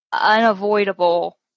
unavoidable